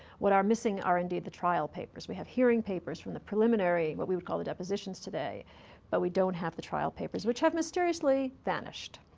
what are missing are, indeed, the trial papers. we have hearing papers from the preliminary what we would call the depositions today but we don't have the trial papers, which have mysteriously vanished,